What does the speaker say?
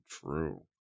true